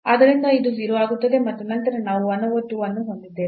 ಆದ್ದರಿಂದ ಇದು 0 ಆಗುತ್ತದೆ ಮತ್ತು ನಂತರ ನಾವು 1 over 2 ಅನ್ನು ಹೊಂದಿದ್ದೇವೆ